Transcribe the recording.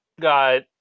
got